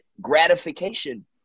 gratification